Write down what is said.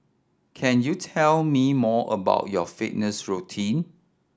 can you tell me more about your fitness routine